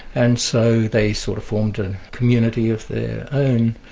and so they sort of formed a community of their own,